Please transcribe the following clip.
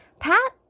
Pat